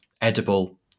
edible